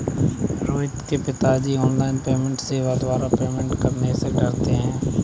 रोहित के पिताजी online payment सेवा के द्वारा पेमेंट करने से डरते हैं